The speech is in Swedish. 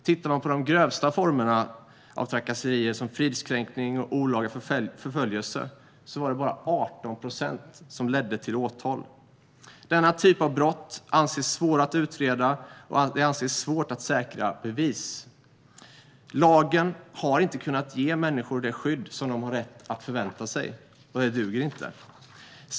Tittar man på de grövsta formerna av trakasserier, som fridskränkningar och olaga förföljelse, var det bara 18 procent som ledde till åtal. Denna typ av brott anses svår att utreda, och det anses svårt att säkra bevis. Lagen har inte kunnat ge människor det skydd som de har rätt att förvänta sig. Det duger inte.